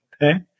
Okay